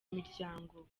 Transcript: miryango